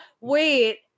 Wait